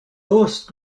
lowest